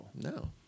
No